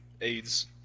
AIDS